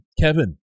kevin